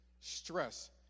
stress